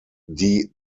die